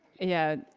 yeah.